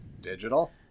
digital